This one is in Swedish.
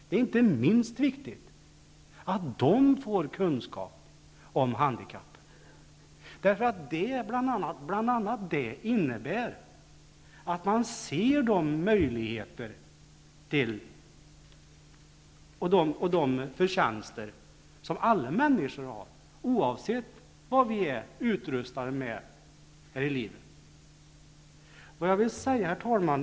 Det är inte minst viktigt att de får kunskap om handikappen. Det är bl.a. det som gör att man ser de möjligheter och förtjänster som alla människor har, oavsett vad vi utrustats med här i livet. Herr talman!